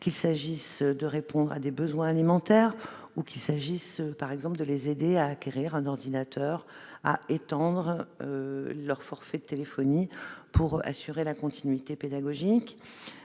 qu'il s'agisse de répondre à des besoins alimentaires, de les aider à acquérir un ordinateur ou à étendre leur forfait de téléphonie pour assurer la continuité pédagogique.